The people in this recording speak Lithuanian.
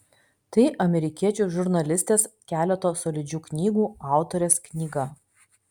tai amerikiečių žurnalistės keleto solidžių knygų autorės knyga